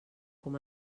com